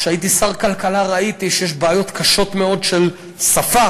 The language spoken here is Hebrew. כשהייתי שר הכלכלה ראיתי שיש בעיות קשות מאוד של שפה,